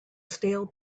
stale